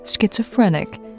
schizophrenic